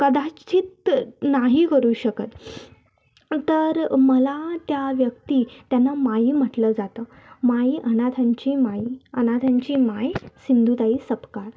कदाचित नाही करू शकत तर मला त्या व्यक्ती त्यांना माई म्हटलं जातं माई अनाथांची माई अनाथांची माई सिंधुताई सपकाळ